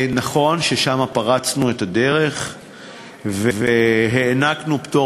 נכון ששם פרצנו את הדרך והענקנו פטור